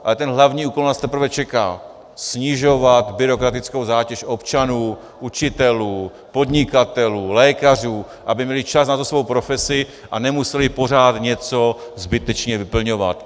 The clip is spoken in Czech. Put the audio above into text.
Ale ten hlavní úkol nás teprve čeká snižovat byrokratickou zátěž občanů, učitelů, podnikatelů, lékařů, aby měli čas na svou profesi a nemuseli pořád něco zbytečně vyplňovat.